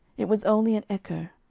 it was only an echo.